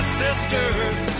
sisters